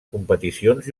competicions